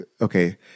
okay